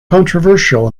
controversial